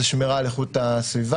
זה שמירה על איכות הסביבה.